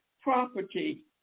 property